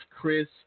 Chris